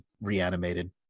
reanimated